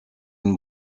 une